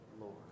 Lord